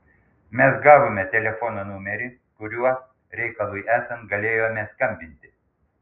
mes gavome telefono numerį kuriuo reikalui esant galėjome skambinti